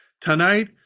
tonight